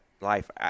life